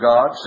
God